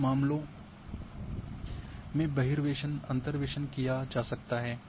उन मामलों में बहिर्वेशन अंतर्वेसन किया जा सकता है